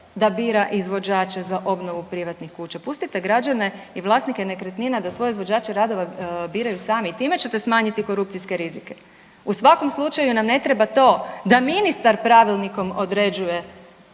da bira izvođača za obnovu privatnih kuća. Pustite građane i vlasnike nekretnina da svoje izvođače radova biraju sami i time ćete smanjiti korupcijske rizike. U svakom slučaju nam ne treba to da ministar pravilnikom određuje